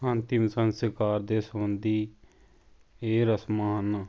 ਅੰਤਿਮ ਸੰਸਕਾਰ ਦੇ ਸਬੰਧੀ ਇਹ ਰਸਮਾਂ ਹਨ